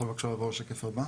בשקף הבא